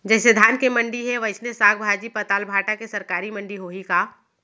जइसे धान के मंडी हे, वइसने साग, भाजी, पताल, भाटा के सरकारी मंडी होही का?